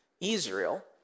Israel